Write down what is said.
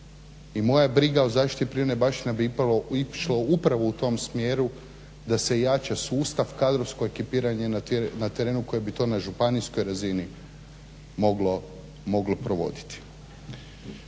I moja briga o zaštiti prirodne baštine bi išla upravo u tom smjeru da se jača sustav, kadrovsko ekipiranje na terenu koje bi to na županijskoj razini moglo provoditi.